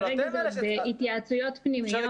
כרגע זה עוד בהתייעצויות פנימיות,